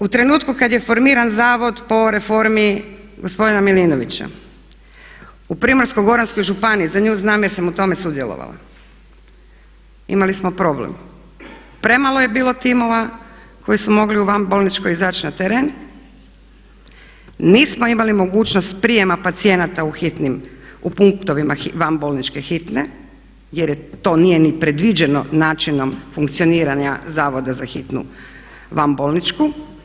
U trenutku kada je formiran zakon po reformi gospodina Milinovića, u Primorsko-goranskoj županiji, za nju znam jer sam u tome sudjelovala, imali smo problem, premalo je bilo timova koji su mogli u vanbolničkoj izaći na teren, nismo imali mogućnost prijema pacijenata u hitnim, u punktovima vanbolničke hitne jer to nije ni predviđeno načinom funkcioniranja zavoda za hitnu vanbolničku.